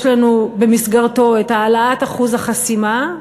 יש לנו במסגרתו את העלאת אחוז החסימה.